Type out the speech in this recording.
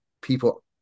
people